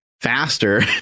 faster